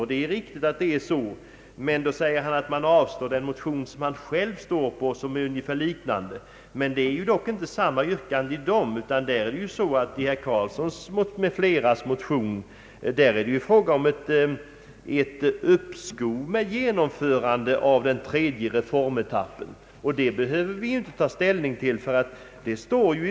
Det är riktigt att det blivit så. Han säger emellertid att utskottet avslår en motion som han själv står på och som är ungefär likalydande. Det är ju dock inte samma yrkande, utan i herr Karlssons m.fl. motion är det fråga om ett uppskov med genomförande av den tredje reformetappen. Detta behöver vi inte ta ställning till.